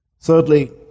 Thirdly